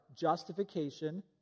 justification